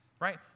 right